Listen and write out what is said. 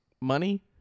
money